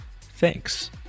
Thanks